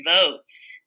votes